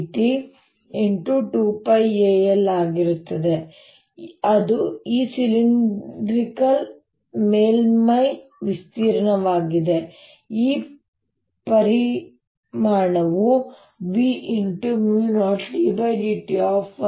2πal ಆಗಿರುತ್ತದೆ ಅದು ಈ ಸಿಲಿಂಡರಾಕಾರದ ಮೇಲ್ಮೈಯ ವಿಸ್ತೀರ್ಣವಾಗಿದೆ ಈ ಪರಿಮಾಣವು V